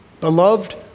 Beloved